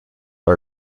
are